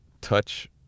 touch